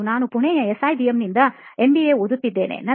ಮತ್ತು ನಾನು ಪುಣೆಯ SIBMನಿಂದ ನನ್ನ MBA ಓದುತ್ತಿದ್ದೇನೆ